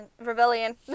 Rebellion